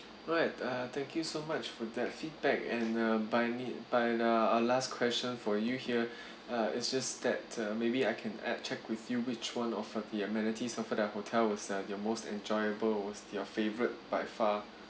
alright uh thank you so much for that feedback and uh but I need but uh our last question for you here uh it's just that uh maybe I can uh check with you which one of uh amenities for the hotel was uh your most enjoyable what's your favourite by far